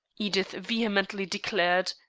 edith vehemently declared.